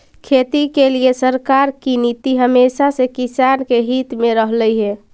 खेती के लिए सरकार की नीति हमेशा से किसान के हित में रहलई हे